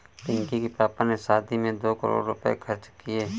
पिंकी के पापा ने शादी में दो करोड़ रुपए खर्च किए